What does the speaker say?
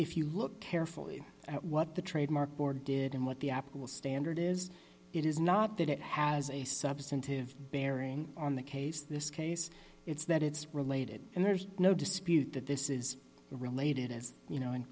if you look carefully at what the trademark board did and what the apple standard is it is not that it has a substantive bearing on the case this case it's that it's related and there's no dispute that this is related as you know